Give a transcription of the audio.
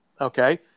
okay